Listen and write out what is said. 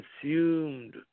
consumed